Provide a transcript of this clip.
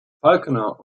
falconer